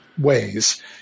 ways